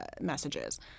messages